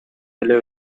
эле